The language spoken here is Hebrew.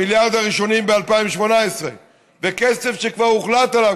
המיליארד הראשון ב-2018 וכסף שכבר הוחלט עליו,